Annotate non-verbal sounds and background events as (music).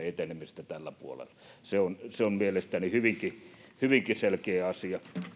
(unintelligible) etenemistä tällä puolella se on se on mielestäni hyvinkin hyvinkin selkeä asia